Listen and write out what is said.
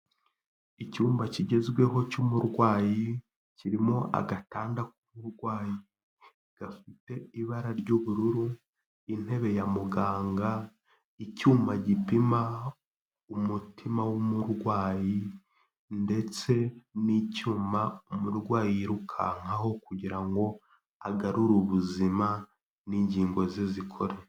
Icyumba kigezweho cy'umurwayi, kirimo agatanda k'umurwayi, gafite ibara ry'ubururu, intebe ya muganga, icyuma gipima umutima w'umurwayi ndetse n'icyuma umurwayi yirukankaho kugira ngo agarure ubuzima n'ingingo ze zikore.